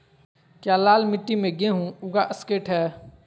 क्या लाल मिट्टी में गेंहु उगा स्केट है?